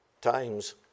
times